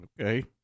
Okay